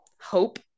hope